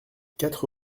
quatre